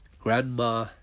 grandma